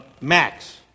Max